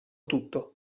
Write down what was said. tutto